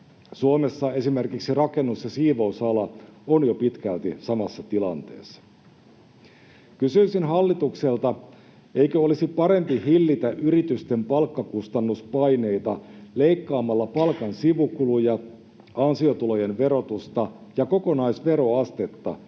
Suomessa esimerkiksi rakennus‑ ja siivousala ovat jo pitkälti samassa tilanteessa. Kysyisin hallitukselta: eikö olisi parempi hillitä yritysten palkkakustannuspaineita leikkaamalla palkan sivukuluja, ansiotulojen verotusta ja kokonaisveroastetta